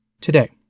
today